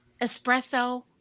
Espresso